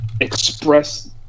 express